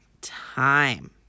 time